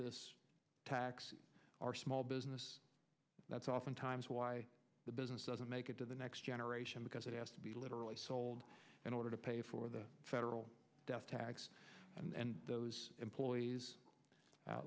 this tax are small business that's oftentimes why the business doesn't make it to the next generation because it has to be literally sold in order to pay for the federal death tax and those employees